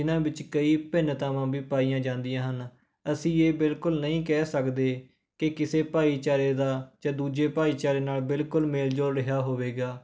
ਜਿਨ੍ਹਾਂ ਵਿੱਚ ਕਈ ਭਿੰਨਤਾਵਾਂ ਵੀ ਪਾਈਆਂ ਜਾਂਦੀਆਂ ਹਨ ਅਸੀਂ ਇਹ ਬਿਲਕੁਲ ਨਹੀਂ ਕਹਿ ਸਕਦੇ ਕਿ ਕਿਸੇ ਭਾਈਚਾਰੇ ਦਾ ਜਾਂ ਦੂਜੇ ਭਾਈਚਾਰੇ ਨਾਲ ਬਿਲਕੁਲ ਮੇਲ ਜੋਲ ਰਿਹਾ ਹੋਵੇਗਾ